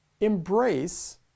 embrace